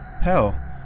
Hell